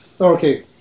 okay